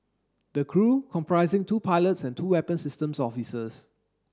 the crew comprising two pilots and two weapon systems officers